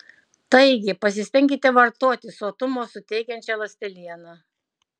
taigi pasistenkite vartoti sotumo suteikiančią ląstelieną